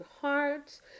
hearts